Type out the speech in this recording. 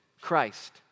Christ